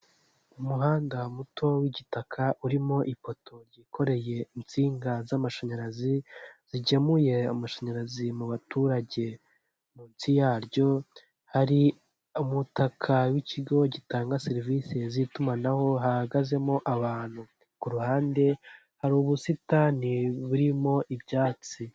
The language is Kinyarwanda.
Umuhanda muto w'igitaka urimo ipoto ryikoreye insinga z'amashanyarazi, zigemuye amashanyarazi mu baturage, munsi yaryo hari umutaka w'ikigo gitanga serivisi z'itumanaho hahagazemo abantu, ku ruhande hari ubusitani burimo ibyatsi.